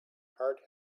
hard